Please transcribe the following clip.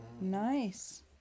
Nice